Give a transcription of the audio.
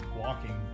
walking